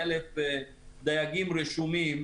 מ-1,000 דייגים רשומים,